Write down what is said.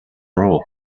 roll